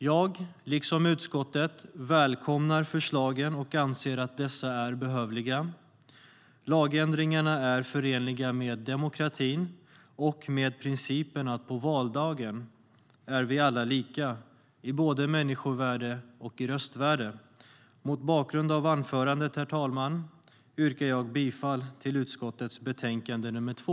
Jag, liksom utskottet, välkomnar förslagen och anser att de är behövliga. Lagändringarna är förenliga med demokratin och med principen att på valdagen är vi alla lika i både människovärde och i röstvärde. Mot bakgrund av anförandet, herr talman, yrkar jag bifall till utskottets betänkande nr 2.